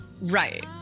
Right